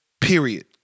Period